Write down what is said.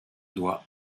doit